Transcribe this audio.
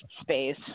space